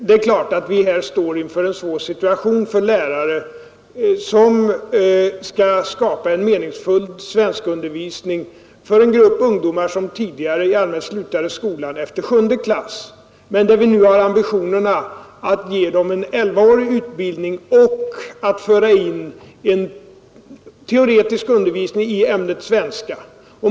Det är klart att vi här står inför en svår situation för lärare som skall skapa en meningsfull svenskundervisning för en sådan grupp ungdomar som tidigare i allmänhet slutade skolan efter sjunde klass. Vi har nu ambitionen att ge dem en elvaårig utbildning och att föra in en teoretisk undervisning i ämnet svenska.